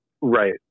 right